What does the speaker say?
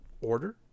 order